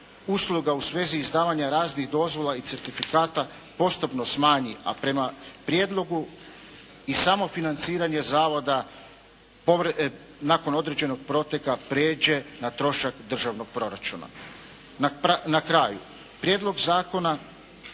usluga u svezi izdavanja raznih dozvola i certifikata postupno smanji a prema prijedlogu i samo financiranje Zavoda nakon određenog proteka prijeđe na trošak državnog proračuna. Na kraju, Prijedlog zakona